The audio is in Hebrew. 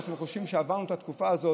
אנחנו חושבים שעברנו את התקופה הזאת